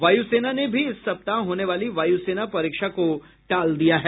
वायुसेना ने भी इस सप्ताह होने वाली वायूसेना परीक्षा को टाल दिया है